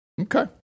Okay